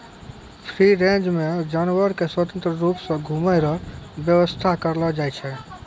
free range मे जानवर के स्वतंत्र रुप से घुमै रो व्याबस्था करलो जाय छै